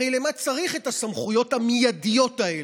הרי למה צריך את הסמכויות המיידיות האלה?